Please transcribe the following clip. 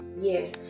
yes